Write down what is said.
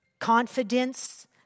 confidence